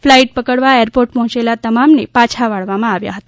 flight પકડવા airport પહોચેલા તમામને પાછા વાળવામાં આવ્યા હતા